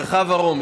מרחב הרום,